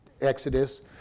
Exodus